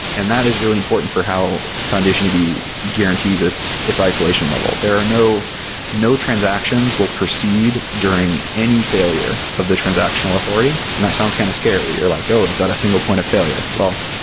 and that is really important for how foundationdb guarantees its its isolation level. there are no no transactions will proceed during any failure of the transactional authority, and that sounds kind of scary. you're like, oh, is that a single point of failure? well,